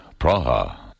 Praha